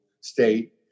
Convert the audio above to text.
state